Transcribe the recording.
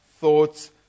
thoughts